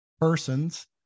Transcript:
persons